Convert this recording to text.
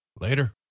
Later